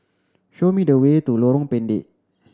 show me the way to Lorong Pendek